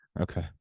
Okay